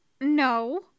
No